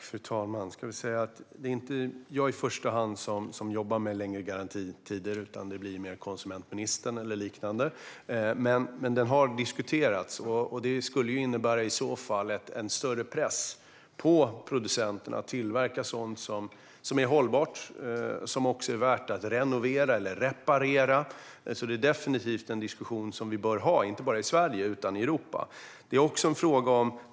Fru talman! Det är inte längre jag som jobbar med garantitider, utan det är konsumentministern eller liknande. Men frågan har diskuterats. Det skulle i så fall innebära en större press på producenterna att tillverka sådant som är hållbart och också värt att renovera eller reparera. Det är definitivt en diskussion som vi bör ha, inte bara i Sverige utan också i Europa.